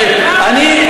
אני,